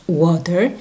water